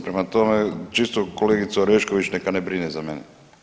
Prema tome, čisto kolegica Orešković neka ne brine za mene.